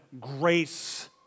grace